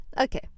Okay